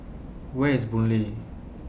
Where IS Boon Lay